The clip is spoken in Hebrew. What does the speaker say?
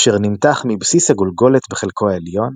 אשר נמתח מבסיס הגולגולת בחלקו העליון,